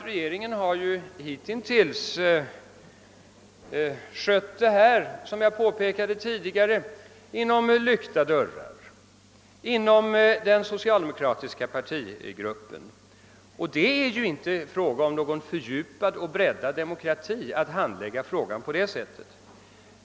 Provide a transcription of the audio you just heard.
Regeringen har hitintills behandlat detta ärende — som jag tidigare påpekade — inom lyckta dörrar i den socialdemokratiska partigruppen. Det är inte uttryck för någon breddad demokrati att handlägga frågan på det sättet.